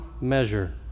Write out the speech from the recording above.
measure